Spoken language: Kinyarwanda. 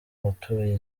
abatuye